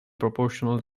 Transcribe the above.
proportional